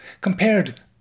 Compared